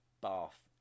Bath